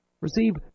receive